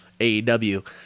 AEW